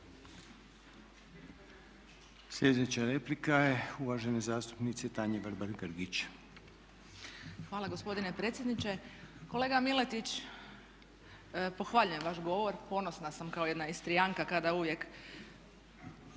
Sljedeća replika je uvažene zastupnice Tanje Vrbat Grgić. **Vrbat Grgić, Tanja (SDP)** Hvala gospodine predsjedniče. Kolega Miletić, pohvaljujem vaš govor, ponosna sam kao jedna Istrijanka kada uvijek